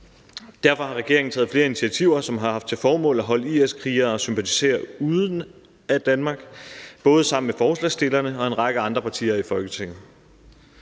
Derfor har regeringen taget flere initiativer, som har haft til formål at holde IS-krigere og -sympatisører ude af Danmark, både sammen med forslagsstillerne og en række andre partier i Folketinget.